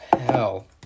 hell